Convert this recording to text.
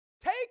take